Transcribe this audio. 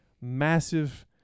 massive